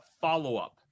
follow-up